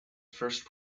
first